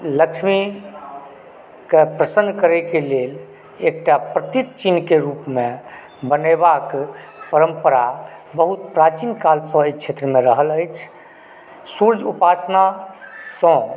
लक्ष्मीके प्रसन्न करएक लेल एकटा प्रतीक चिन्हके रूपमे बनेबाक परम्परा बहुत प्राचीन कालसंँ एहि क्षेत्रमे रहल अछि सूर्य उपासनासंँ